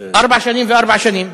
ארבע שנים וארבע שנים.